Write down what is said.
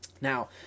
now